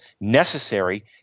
necessary